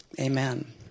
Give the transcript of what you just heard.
Amen